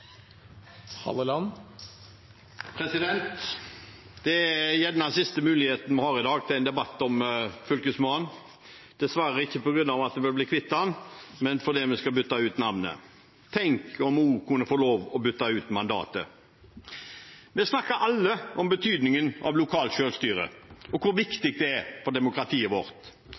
siste muligheten vi har til en debatt om Fylkesmannen – dessverre ikke på grunn av at vi vil bli kvitt ham, men fordi vi skal bytte ut navnet. Tenk om vi også kunne få lov til å bytte ut mandatet. Vi snakker alle om betydningen av lokalt selvstyre og hvor viktig det er for demokratiet vårt.